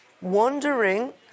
wondering